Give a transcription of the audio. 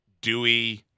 Dewey